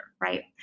Right